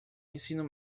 ensino